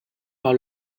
par